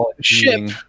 Ship